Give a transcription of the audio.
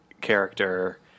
character